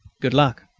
good luck!